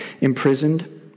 imprisoned